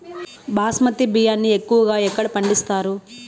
బాస్మతి బియ్యాన్ని ఎక్కువగా ఎక్కడ పండిస్తారు?